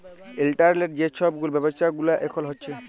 ইলটারলেটে যে ছব ব্যাব্ছা গুলা এখল হ্যছে